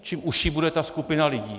Čím užší bude ta skupina lidí...